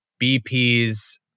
bp's